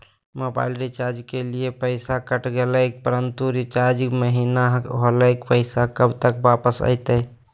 Mobile recharge के लिए पैसा कट गेलैय परंतु रिचार्ज महिना होलैय, पैसा कब तक वापस आयते?